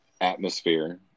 Atmosphere